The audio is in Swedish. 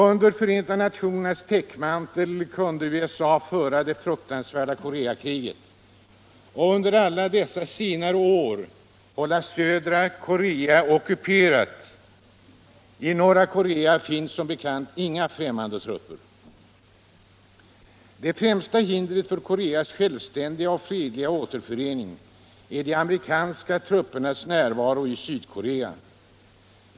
Under Förenta nationernas täckmantel kunde USA föra det fruktansvärda Koreakriget och under alla dessa senare är hålla södra Korea ockuperat. I norra Korea finns som bekant inga främmande trupper. Det främsta hindret för Koreas självständiga och fredliga återförening är de amerikanska truppernas närvaro i Sydkorea.